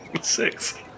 Six